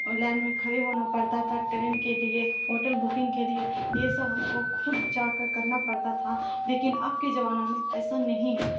اور لائن میں کھڑے ہونا پڑتا تھا ٹرین کے لیے ہوٹل بکنگ کے لیے یہ سب ہم کو خود جا کر کرنا پڑتا تھا لیکن اب کے زمانہ میں ایسا نہیں ہے